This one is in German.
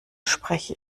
spreche